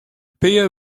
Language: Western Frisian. pear